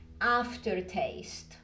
aftertaste